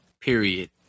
period